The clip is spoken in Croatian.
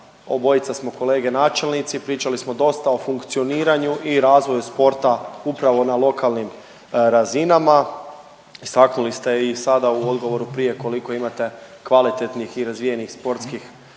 obojica smo kolege načelnici, pričali smo dosta o funkcioniranju i razvoju sporta upravo na lokalnim razinama. Istaknuli ste i sada u odgovoru prije koliko imate kvalitetnih i razvijenih sportskih sportaša